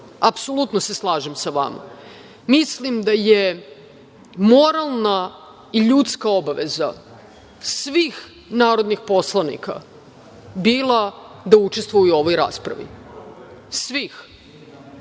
apsolutno se slažem sa vama. Mislim da je moralna i ljudska obaveza svih narodnih poslanika bila da učestvuju u ovoj raspravi, svih,